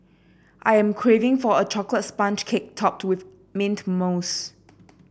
I am craving for a chocolate sponge cake topped with mint mousse